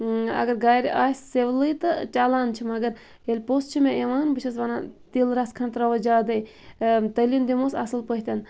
اَگَر گَرٕ آسہِ سِولٕے تہٕ چَلان چھُ مَگَر ییٚلہِ پوٚژھ چھُ مےٚ یِوان بہٕ چھَس وَنان تِل رَژھ کھَنڈ تراوہوس زیادے تٔلِنۍ دِمہوس اصٕل پٲٹھۍ